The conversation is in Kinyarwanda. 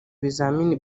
bizamini